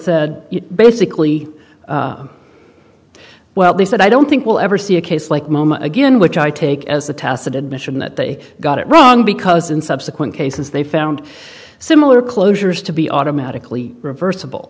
said basically well they said i don't think we'll ever see a case like moma again which i take as a tacit admission that they got it wrong because in subsequent cases they found similar closures to be automatically